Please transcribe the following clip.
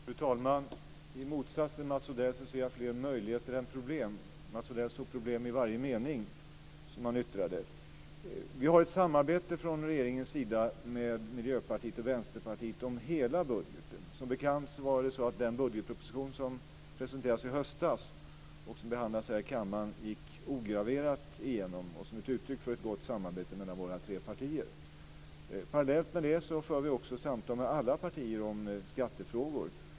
Fru talman! I motsats till Mats Odell ser jag fler möjligheter än problem. Mats Odell såg i varje mening som han yttrade problem. Vi har från regeringens sida med Miljöpartiet och Vänsterpartiet ett samarbete om hela budgeten. Som bekant gick den budgetproposition som presenterades i höstas och som behandlades här i kammaren igenom ograverat, som ett uttryck för ett gott samarbete mellan våra tre partier. Parallellt med detta för vi samtal med alla partier om skattefrågor.